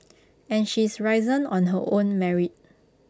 and she's risen on her own merit